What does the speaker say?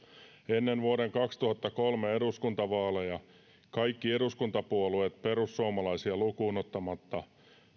ennen vuoden kaksituhattakolme eduskuntavaaleja kaikki eduskuntapuolueet perussuomalaisia lukuun ottamatta